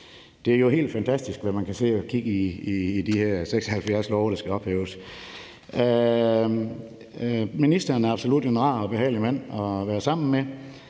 Det er jo helt fantastisk, hvad man kan sidde og kigge i, når man ser på de her 76 love, som skal ophæves. Ministeren er absolut en meget behagelig mand at være sammen med.